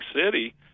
city